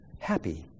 happy